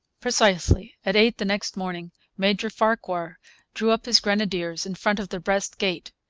precisely at eight the next morning major farquhar drew up his grenadiers in front of the west gate,